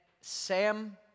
Sam